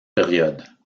période